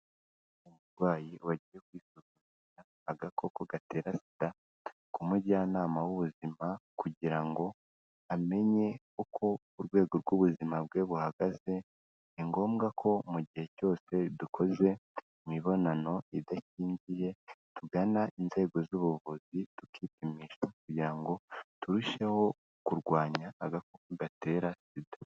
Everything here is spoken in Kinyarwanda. Umurwayi wagiye kwipimisha agakoko gatera Sida kumujyanama w'ubuzima kugira ngo amenye uko urwego rw'ubuzima bwe buhagaze ni ngombwa ko mugihe cyose dukoze imibonano idakingiye tugana inzego z'ubuvuzi tukipimisha kugira ngo turusheho kurwanya agako gatera Sida.